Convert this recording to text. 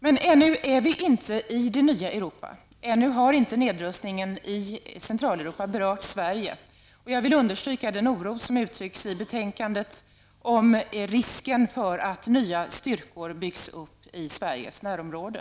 Men ännu är vi inte i det nya Europa, ännu har inte nedrustningen i Centraleuropa berört Sverige. Jag vill understryka den oro som uttrycks i betänkandet inför risken att nya styrkor byggs upp i Sveriges närområde.